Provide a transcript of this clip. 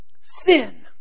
Sin